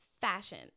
fashion